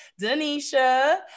Denisha